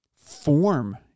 form